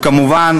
כמובן,